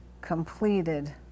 Completed